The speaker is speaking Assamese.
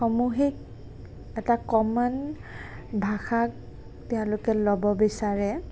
সামূহিক এটা কমন ভাষাক তেওঁলোকে ল'ব বিচাৰে